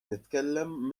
nitkellem